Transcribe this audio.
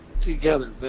together